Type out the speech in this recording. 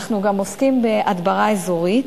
אנחנו גם עוסקים בהדברה אזורית,